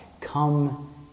come